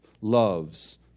loves